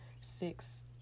six